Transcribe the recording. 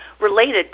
related